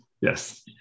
yes